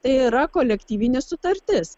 tai yra kolektyvinė sutartis